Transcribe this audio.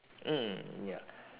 mm ya